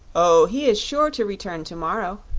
oh, he is sure to return to-morrow,